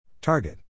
Target